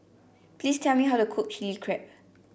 please tell me how to cook Chili Crab